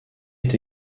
est